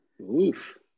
Oof